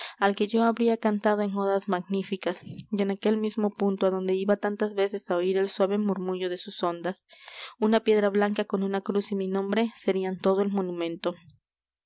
al que yo habría cantado en odas magníficas y en aquel mismo punto adonde iba tantas veces á oir el suave murmullo de sus ondas una piedra blanca con una cruz y mi nombre serían todo el monumento